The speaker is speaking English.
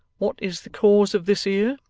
what is the cause of this here